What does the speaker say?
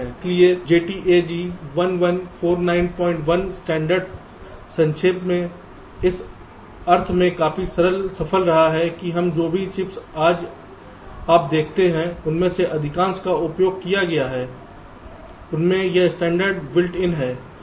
इसलिए JTAG 11491 standard संक्षेप में इस अर्थ में काफी सफल रहा है कि हम जो भी चिप्स आज आप देखते हैं उनमें से अधिकांश का उपयोग किया गया है उनमें यह स्टैण्डर्ड बेल्ट इन है